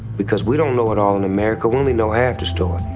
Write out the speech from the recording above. because we don't know it all in america we only know half the story.